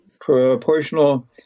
proportional